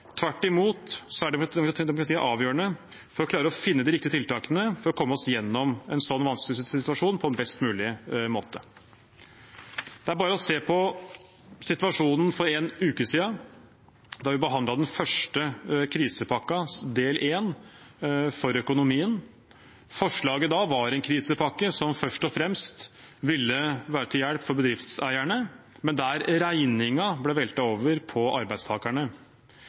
Tvert imot er demokratiet avgjørende for å klare å finne de riktige tiltakene for å komme seg gjennom en slik vanskelig situasjon på en best mulig måte. Det er bare å se på situasjonen for en uke siden, da vi behandlet den første krisepakkens del 1 for økonomien. Forslaget da var en krisepakke som først og fremst ville være til hjelp for bedriftseierne, men der regningen ble veltet over på arbeidstakerne.